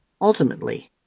Ultimately